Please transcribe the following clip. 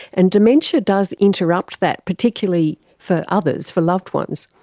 and dementia does interrupt that, particularly for others, for loved ones.